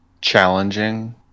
challenging